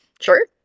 Sure